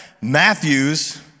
Matthew's